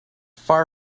far